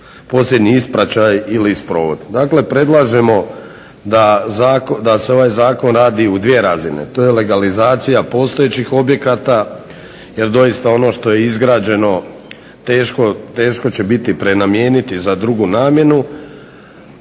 posljednji ispraćaj ili sprovod. Dakle predlažemo da se ovaj zakon radi u dvije razine. To je legalizacija postojećih objekata, jer doista ono što je izgrađeno teško će biti prenamijeniti za drugu namjenu,